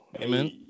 Amen